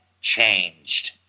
changed